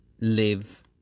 live